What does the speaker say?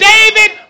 David